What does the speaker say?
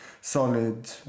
Solid